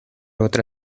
otra